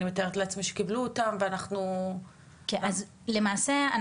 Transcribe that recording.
אני מתארת לעצמי שקיבלו אותם ואנחנו --- אז למעשה,